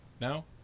no